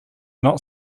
not